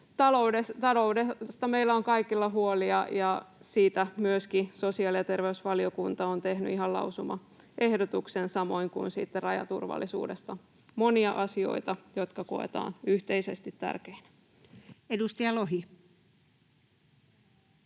Taloudesta meillä on kaikilla huolia, ja siitä myöskin sosiaali- ja terveysvaliokunta on tehnyt ihan lausumaehdotuksen, samoin kuin rajaturvallisuudesta. On monia asioita, jotka koetaan yhteisesti tärkeinä. [Speech